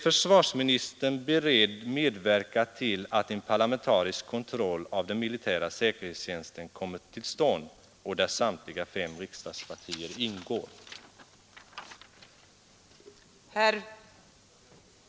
parlamentarisk kontroll av den militära säkerhetstjänsten kommer till stånd och att representanter för samtliga fem riksdagspartier ingår i ett sådant kontrollorgan?